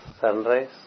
sunrise